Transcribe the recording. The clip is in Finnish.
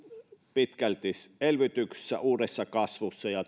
pitkälti elvytyksessä uudessa kasvussa ja